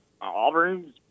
Auburn